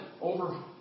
over